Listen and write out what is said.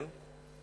כן?